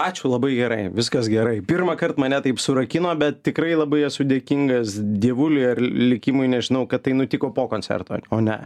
ačiū labai gerai viskas gerai pirmąkart mane taip surakino bet tikrai labai esu dėkingas dievuliui ar likimui nežinau kad tai nutiko po koncerto o ne